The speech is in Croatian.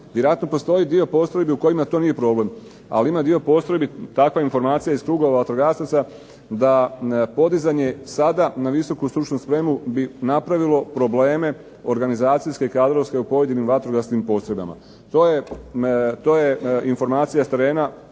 Vjerojatno postoji dio postrojbi u kojima to nije problem, ali ima dio postrojbi, takva informacija iz kruga vatrogasaca takvo podizanje sada na visoku stručnu spremu bi napravilo probleme, organizacijske, kadrovske u pojedinim vatrogasnim postrojbama. To je informacija s terena